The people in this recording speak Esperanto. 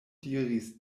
diris